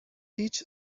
هیچ